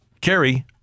Carrie